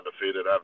undefeated